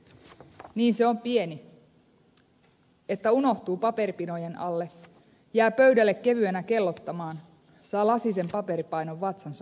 niin se on pieni että unohtuu paperipinojen alle jää pöydälle kevyenä kellottamaan saa lasisen paperipainon vatsansa päälle